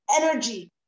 energy